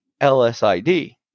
LSID